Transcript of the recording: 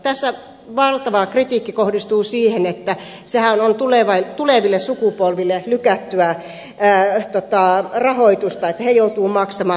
tässä valtava kritiikki kohdistuu siihen että sehän on tuleville sukupolville lykättyä rahoitusta että he joutuvat maksamaan